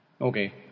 Okay